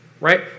right